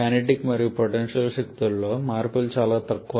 kinetic మరియు potential శక్తులలో మార్పులు చాలా తక్కువ